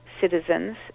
citizens